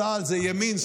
צה"ל זה ימין,